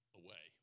away